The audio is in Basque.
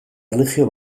erlijio